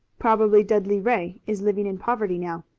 probably dudley ray is living in poverty now.